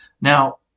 Now